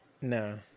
no